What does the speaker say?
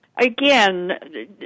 Again